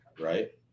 right